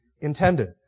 intended